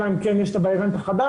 אלא אם כן יש את הווריאנט החדש,